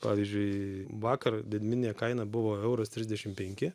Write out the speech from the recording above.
pavyzdžiui vakar didmeninė kaina buvo euras trisdešim penki